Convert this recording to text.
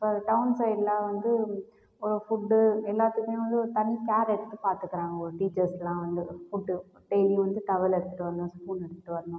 இப்போ டவுன் சைட்லாம் வந்து ஒரு ஃபுட்டு எல்லாத்துக்குமே வந்து ஒரு தனி கேர் எடுத்து பார்த்துக்குறாங்க ஒரு டீச்சர்ஸ்லாம் வந்து ஃபுட்டு டெய்லியும் வந்து டவல் எடுத்துகிட்டு வரணும் ஸ்பூன் எடுத்துகிட்டு வரணும்